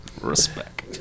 Respect